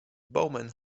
bowman